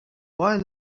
boy